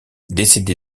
décédé